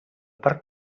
parc